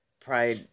Pride